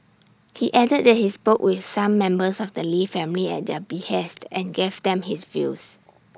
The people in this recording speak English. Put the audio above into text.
he added that he spoke with some members of the lee family at their behest and gave them his views